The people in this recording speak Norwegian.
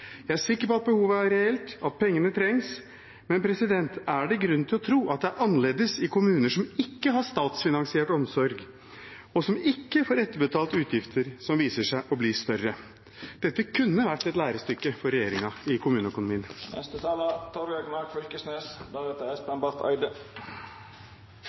Jeg er sikker på at behovet er reelt, og at pengene trengs, men er det grunn til å tro at det er annerledes i kommuner som ikke har statsfinansiert omsorg, og som ikke får etterbetalt utgifter som viser seg å bli større? Dette kunne vært et lærestykke i kommuneøkonomi for regjeringen. I